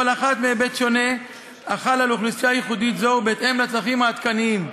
כל אחת מהיבט שונה החל על אוכלוסייה ייחודית זו ובהתאם לצרכיה העדכניים,